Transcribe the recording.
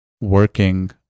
working